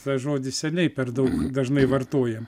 tą žodį seniai per daug dažnai vartojam